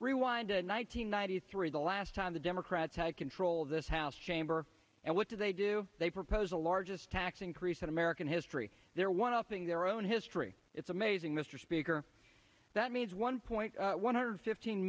rewind to nine hundred ninety three the last time the democrats had control of this house chamber and what did they do they propose the largest tax increase in american history their one upping their own history it's amazing mr speaker that means one point one hundred fifteen